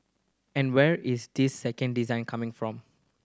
and where is this second design coming from